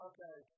Okay